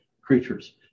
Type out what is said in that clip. creatures